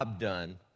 done